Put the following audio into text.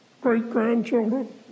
great-grandchildren